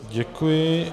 Děkuji.